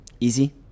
Easy